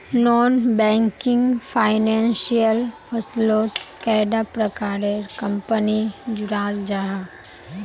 Non banking financial फसलोत कैडा प्रकारेर कंपनी जुराल जाहा?